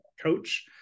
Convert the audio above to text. coach